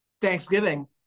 Thanksgiving